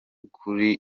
kuri